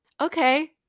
Okay